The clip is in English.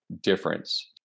difference